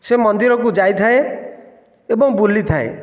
ସେ ମନ୍ଦିରକୁ ଯାଇଥାଏ ଏବଂ ବୁଲିଥାଏ